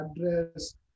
address